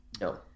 no